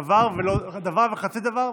דבר וחצי דבר,